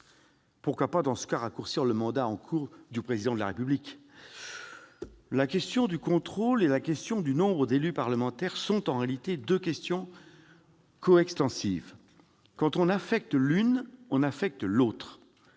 Pourquoi ne pas, dans ce cas, raccourcir le mandat en cours du Président de la République ? La question du contrôle et celle du nombre de parlementaires sont, en réalité, coextensives : quand on affecte l'un, on affecte l'autre.